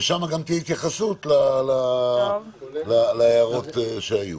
ושם גם תהיה התייחסות להערות שהיו.